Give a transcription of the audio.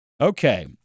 Okay